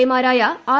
A മാരായ R